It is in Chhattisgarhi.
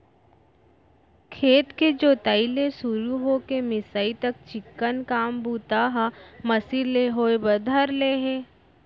खेत के जोताई ले सुरू हो के मिंसाई तक चिक्कन काम बूता ह मसीन ले होय बर धर ले हे